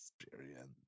experience